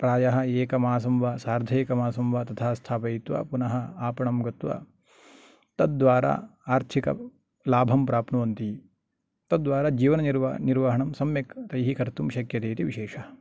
प्रायः एकमासं वा सार्ध एकमासं वा तथा स्थापयित्वा पुनः आपणं गत्वा तद् द्वारा आर्थिक लाभं प्राप्नुवन्ति तद् द्वारा जीवन निर्वह् निर्वहणं सम्यक् तैः कर्तुं शक्यते इति विशेषः